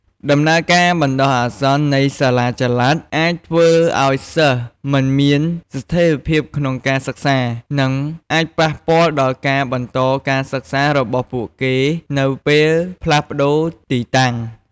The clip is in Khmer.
ដំណើរការបណ្ដោះអាសន្ននៃសាលាចល័តអាចធ្វើឱ្យសិស្សមិនមានស្ថេរភាពក្នុងការសិក្សា និងអាចប៉ះពាល់ដល់ការបន្តការសិក្សារបស់ពួកគេនៅពេលផ្លាស់ប្ដូរទីតាំង។